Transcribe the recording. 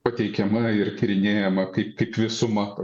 pateikiama ir tyrinėjama kaip kaip visuma